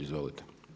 Izvolite.